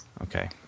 okay